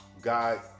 Guy